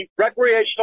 recreational